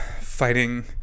fighting